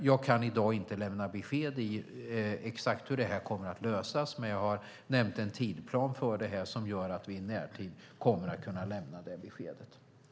Jag kan i dag inte lämna besked om hur detta exakt kommer att lösas, men jag har nämnt en tidsplan som gör att vi i närtid kommer att kunna lämna det beskedet.